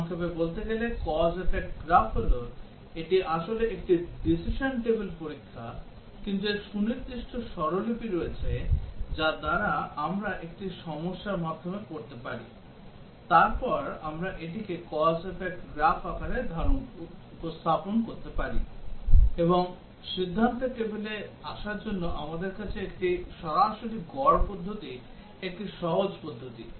সংক্ষেপে বলতে গেলে cause effect গ্রাফ হল এটি আসলে একটি decision table পরীক্ষা কিন্তু এর সুনির্দিষ্ট স্বরলিপি রয়েছে যার দ্বারা আমরা একটি সমস্যার মাধ্যমে পড়তে পারি তারপর আমরা এটিকে cause effect গ্রাফ আকারে উপস্থাপন করতে পারি এবং সিদ্ধান্তের টেবিলে আসার জন্য আমাদের কাছে একটি সরাসরি গড় পদ্ধতি একটি সহজ পদ্ধতি